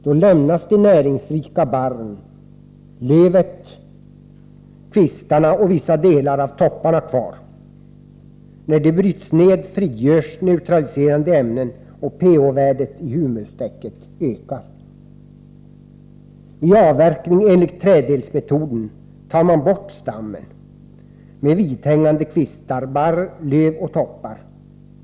Då lämnas de näringsrika barren, lövet, kvistarna och vissa delar av topparna kvar. När de bryts ned frigörs neutraliserande ämnen och pH-värdet i humustäcket ökar. Vid avverkning enligt träddelsmetoden tar man bort stammen med vidhängande kvistar, barr, löv och toppar.